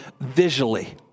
visually